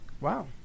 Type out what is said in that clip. Wow